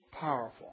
powerful